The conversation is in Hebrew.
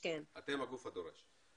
הדורש.